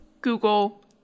Google